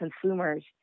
consumers